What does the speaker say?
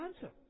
answer